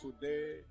today